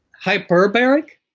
hyperbaric?